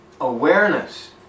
Awareness